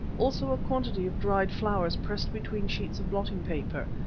also a quantity of dried flowers pressed between sheets of blotting paper,